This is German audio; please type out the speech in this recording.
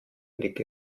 blick